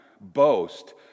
boast